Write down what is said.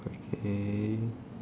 okay